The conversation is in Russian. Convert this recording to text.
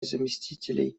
заместителей